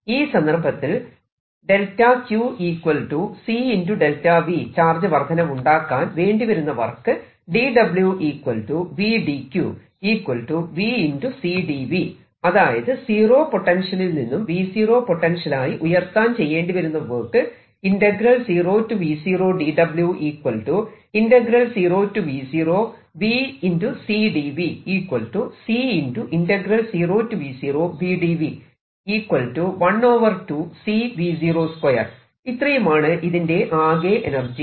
ഈ സന്ദർഭത്തിൽ ΔQCΔV charge വർദ്ധനവുണ്ടാക്കാൻ ചെയ്യേണ്ടിവരുന്ന വർക്ക് അതായത് സീറോ പൊട്ടൻഷ്യലിൽ നിന്നും V0 പൊട്ടൻഷ്യലായി ഉയർത്താൻ ചെയ്യേണ്ടിവരുന്ന വർക്ക് ഇത്രയുമാണ് ഇതിന്റെ ആകെ എനർജി